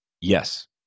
Yes